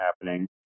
happening